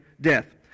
death